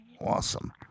Awesome